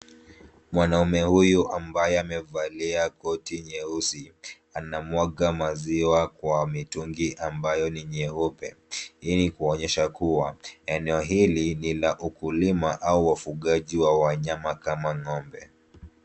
Mwanaume huyu ambaye amevalia koti nyeusi anamwaga maziwa kwa mitungi ambayo ni nyeupe. Hii ni kuonyesha kuwa eneo hili ni la ukulima au wafugaji wa wanyama kama ng'ombe.